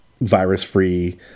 virus-free